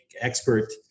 expert